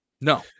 No